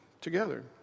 together